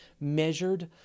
measured